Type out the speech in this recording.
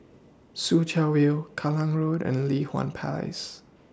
Soo Chow View Kallang Road and Li Hwan Place